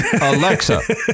Alexa